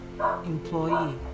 employee